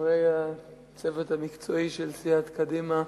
חברי הצוות המקצועי של סיעת קדימה,